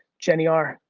jenny r,